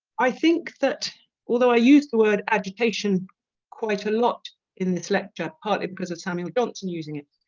i think that although i used the word agitation quite a lot in this lecture partly because of samuel johnson using it